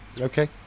Okay